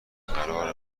قرار